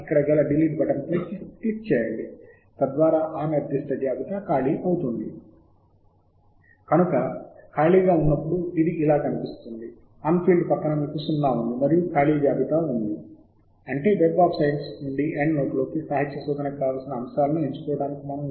మీరు టైమ్స్పాన్పై కూడా శ్రద్ధ వహించాలి మరియు మీరు టైమ్స్పాన్ను ఎంచుకోవచ్చు ఒక నిర్దిష్ట సంవత్సరం నుండి మరొక సంవత్సరం వరకు లేదా మీరు ఇప్పటి వరకు అన్ని సంవత్సరాలను ఎంచుకోవచ్చు